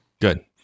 Good